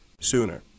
sooner